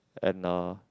and uh